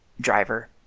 driver